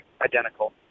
identical